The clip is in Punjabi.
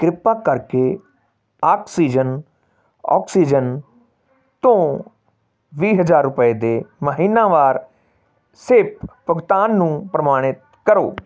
ਕਿਰਪਾ ਕਰਕੇ ਆਕਸੀਜਨ ਔਕਸੀਜਨ ਤੋਂ ਵੀਹ ਹਜ਼ਾਰ ਰੁਪਏ ਦੇ ਮਹੀਨਾਵਾਰ ਸਿੱਪ ਭੁਗਤਾਨ ਨੂੰ ਪ੍ਰਮਾਣਿਤ ਕਰੋ